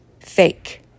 fake